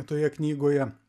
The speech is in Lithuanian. toje knygoje